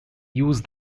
use